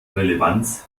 relevanz